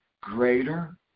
greater